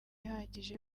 ihagije